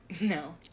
No